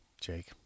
Jake